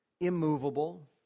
immovable